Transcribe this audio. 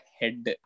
head